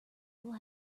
will